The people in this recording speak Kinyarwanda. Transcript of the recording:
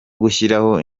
gushyiraho